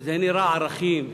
זה נראה ערכים,